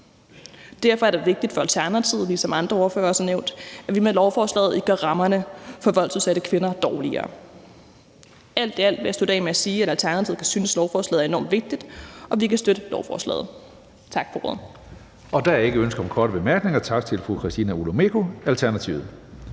Derfor er det vigtigt for Alternativet, ligesom andre ordførere også har nævnt, at vi med lovforslaget ikke gør rammerne for voldsudsatte kvinder dårligere. Jeg vil slutte af med at sige, at Alternativet synes, at lovforslaget er enormt vigtigt, og vi kan støtte lovforslaget. Tak for ordet. Kl. 18:39 Tredje næstformand (Karsten Hønge): Der er ingen ønsker om korte bemærkninger. Tak til fru Christina Olumeko, Alternativet.